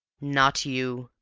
not you,